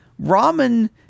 ramen